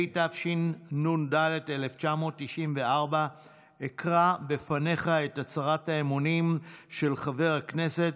התשנ"ד 1994. אקרא בפניך את הצהרת האמונים של חבר הכנסת,